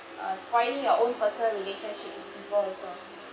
err spoiling your own person relationship with people also